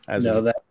No